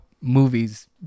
movies